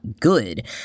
good